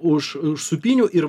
už sūpynių ir